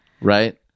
right